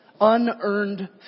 unearned